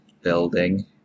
building